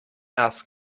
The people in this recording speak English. ask